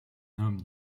homme